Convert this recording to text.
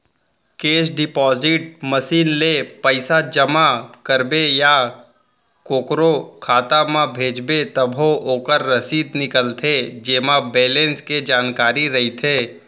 cash deposit machine ले पइसा जमा करबे या कोकरो खाता म भेजबे तभो ओकर रसीद निकलथे जेमा बेलेंस के जानकारी रइथे